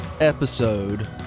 episode